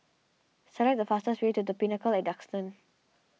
select the fastest way to the Pinnacle at Duxton